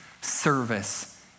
service